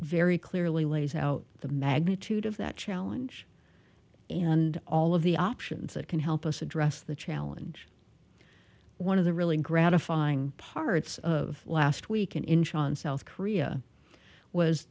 very clearly lays out the magnitude of that challenge and all of the options that can help us address the challenge one of the really gratifying parts of last week in incheon south korea was